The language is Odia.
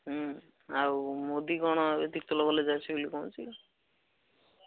ହୁଁ ଆଉ ମୋଦୀ କ'ଣ ଏଠି ଅଛି କି